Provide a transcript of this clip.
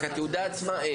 אין את התעודה עצמה.